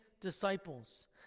disciples